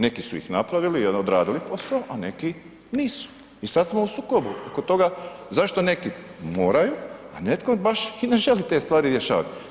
Neki su ih napravili i odradili posao, a neki nisu i sad smo u sukobu oko toga zašto neki moraju, a netko baš i ne želi te stvari rješavat.